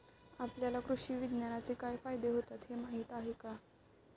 आपल्याला कृषी विज्ञानाचे काय फायदे होतात हे माहीत आहे का?